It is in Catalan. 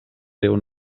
déu